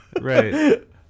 Right